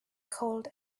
cold